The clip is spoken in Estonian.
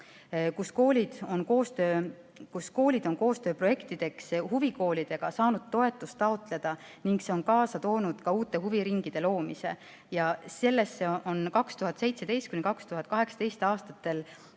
kus koolid on koostööks huvikoolidega saanud toetust taotleda, ning see on kaasa toonud ka uute huviringide loomise. Sellesse on 2017.–2018. aastal